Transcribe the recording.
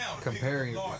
comparing